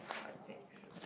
what's next